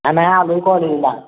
आं नाही आलो आहे कॉलेजला